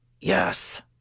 Yes